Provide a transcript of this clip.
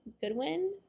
Goodwin